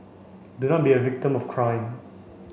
do not be a victim of crime